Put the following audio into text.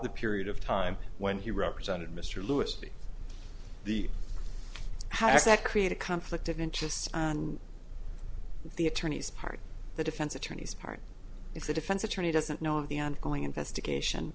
the period of time when he represented mr lewis to the house that create a conflict of interests on the attorney's part the defense attorney's part it's a defense attorney doesn't know on the on going investigation